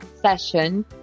session